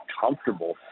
comfortable